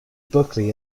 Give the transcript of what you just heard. buckley